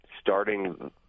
starting